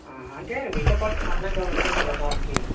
ఆహా అంటే మీతోపాటు కొనడానికి ఎవరో వచ్చుంటారు కదా షాప్ కి